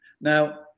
Now